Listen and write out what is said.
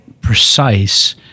precise